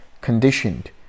conditioned